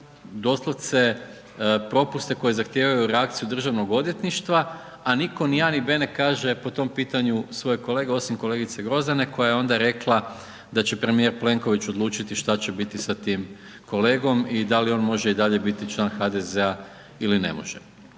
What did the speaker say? doslovce propuste koje zahtijevaju reakciju Državnog odvjetništva a nitko ni a ni b ne kaže po tom pitanju svoje kolege osim kolegice Grozdane koja je onda rekla da će premijer Plenković odlučiti šta će biti sa tim kolegom i da li on može i dalje biti član HDZ-a ili ne može.